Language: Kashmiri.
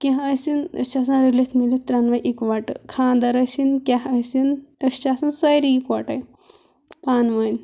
کیٚنٛہہ ٲسِنۍ أسۍ چھِ آسان رٔلِتھ مِلِتھ ترٛٮ۪نٕوَے یِکوَٹہٕ خانٛدر ٲسِنۍ کیٛاہ ٲسِنۍ أسۍ چھِ آسان سٲری یِکوَٹَے پانٕوٲنۍ